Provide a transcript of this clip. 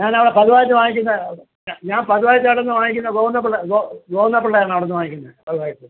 ഞാൻ അവിടെ പതിവായിട്ട് വാങ്ങിക്കുന്ന ഞാൻ പതിവായിട്ട് അവിടുന്ന് വാങ്ങിക്കുന്ന ഗോവിന്ദപ്പിള്ള ഗോ ഗോവിന്ദപ്പിള്ളയാണ് അവിടുന്ന് വാങ്ങിക്കുന്നത് പതിവായിട്ട്